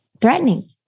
threatening